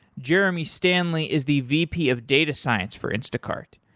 jeremy stanley is the vp of data science for instacart.